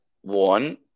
one